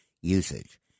usage